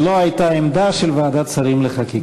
לא הייתה עמדה של ועדת שרים לחקיקה.